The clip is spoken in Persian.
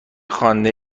خوانده